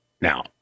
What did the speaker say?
Now